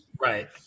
Right